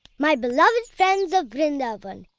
my beloved friends of vrindavan,